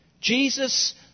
Jesus